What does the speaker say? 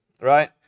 Right